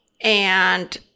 and-